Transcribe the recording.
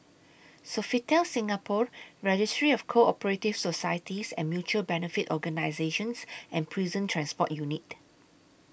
Sofitel Singapore Registry of Co Operative Societies and Mutual Benefit Organisations and Prison Transport Unit